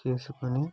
చేసుకొని